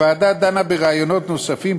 הוועדה דנה ברעיונות נוספים,